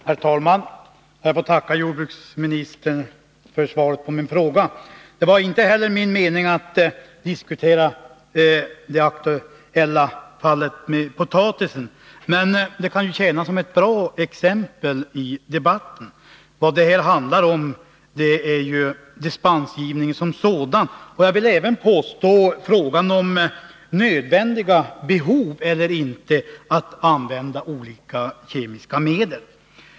Herr talman! Jag får tacka jordbruksministern för svaret på min fråga. Det var inte heller min mening att diskutera det aktuella fallet med potatisen, men detta kan tjäna som ett bra exempel i debatten. Vad det handlar om är ju dispensgivningen som sådan och — vill jag påstå — även frågan om det nödvändiga eller inte i att använda olika kemiska medel.